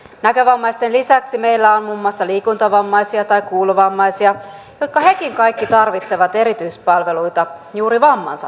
näkövammaisten lisäksi meillä on muun muassa liikuntavammaisia tai kuulovammaisia jotka hekin kaikki tarvitsevat erityispalveluita juuri vammansa takia